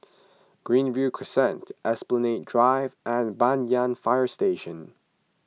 Greenview Crescent Esplanade Drive and Banyan Fire Station